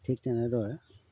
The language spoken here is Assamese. ঠিক তেনেদৰে